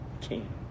king